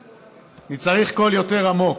אני צריך קול יותר עמוק.